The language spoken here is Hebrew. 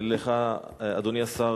אדוני השר,